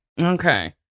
Okay